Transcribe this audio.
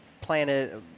planet